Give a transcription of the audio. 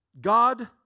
God